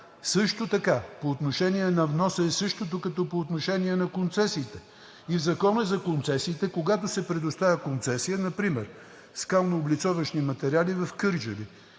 нещо няма. По отношение на вноса е същото, като по отношение на концесиите и Закона за концесиите, когато се предоставя концесия – например скално-облицовъчни материали в Кърджали,